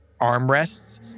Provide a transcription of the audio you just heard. armrests